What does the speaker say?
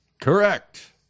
Correct